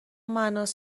معناست